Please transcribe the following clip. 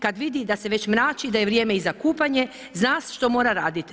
Kada vidi da se već mrači i da je vrijeme za kupanje zna što mora raditi.